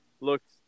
looked